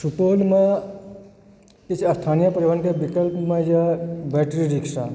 सुपौलमे किछु स्थानीय परिवहनके विकल्पमे यऽ बैट्री रिक्शा